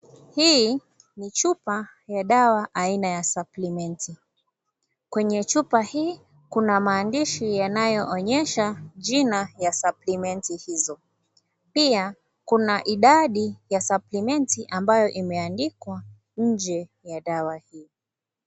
Hii ni chupa aina ya dawa ya supplement kwenye chupa hii kuna maandishi yanayo onyesha jina ya supplement hizo pia kuna idadi ya supplement ambayo imeandikwa nje ya dawa hiyo.